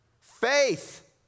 faith